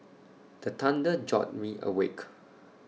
the thunder jolt me awake